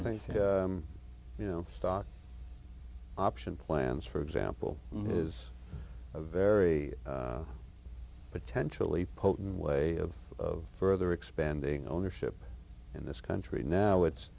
here you know stock option plans for example is a very potentially potent way of further expanding ownership in this country now it's